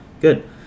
Good